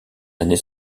années